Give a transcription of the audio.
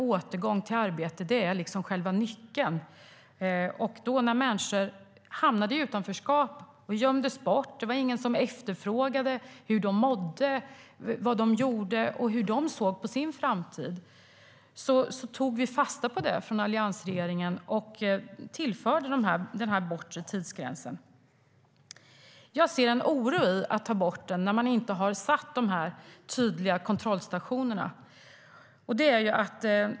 Återgång till arbete är själva nyckeln. När människor hamnade i utanförskap gömdes de undan. Det var inte någon som efterfrågade hur de mådde, vad de gjorde och hur de såg på sin framtid. Vi tog fasta på det från alliansregeringen och tillförde den bortre tidsgränsen. Jag ser en oro i att ta bort den när man inte har satt de tydliga kontrollstationerna.